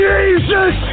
Jesus